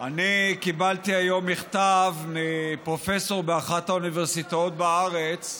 קיבלתי היום מכתב מפרופסור באחת האוניברסיטאות בארץ,